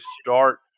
start